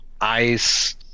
ice